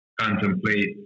contemplate